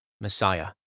Messiah